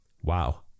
Wow